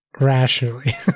rationally